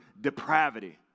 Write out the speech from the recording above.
depravity